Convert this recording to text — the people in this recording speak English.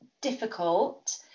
difficult